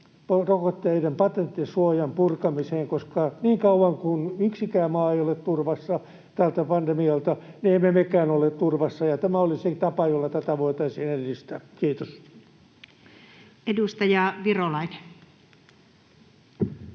rokotteiden patenttisuojan purkamiseen, koska niin kauan kuin yksikään maa ei ole turvassa tältä pandemialta, niin emme mekään ole turvassa, ja tämä olisi tapa, jolla tätä voitaisiin edistää. — Kiitos. Vielä